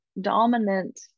dominant